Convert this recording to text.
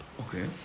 Okay